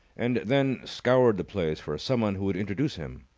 and then scoured the place for someone who would introduce him.